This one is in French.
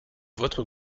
votre